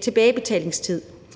tilbagebetalingstid